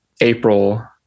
April